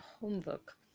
homework